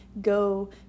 go